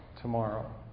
tomorrow